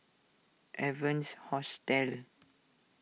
Evans Hostel